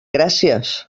gràcies